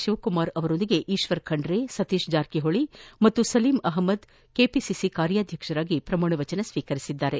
ಶಿವಕುಮಾರ್ ಅವರೊಂದಿಗೆ ಈಶ್ವರ್ ಖಂಡ್ರೆ ಸತೀಶ್ ಜಾರಕಿಹೊಳಿ ಮತ್ತು ಸಲೀಂ ಅಹಮದ್ ಕೆಪಿಸಿ ಕಾರ್ಯಾಧ್ವಕ್ಷರಾಗಿ ಶ್ರಮಾಣವಚನ ಸ್ವೀಕರಿಸಿದರು